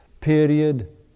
period